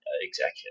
executive